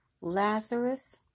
Lazarus